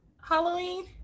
Halloween